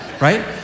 right